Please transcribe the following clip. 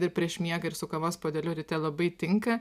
ir prieš miegą ir su kavos puodeliu ryte labai tinka